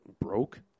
broke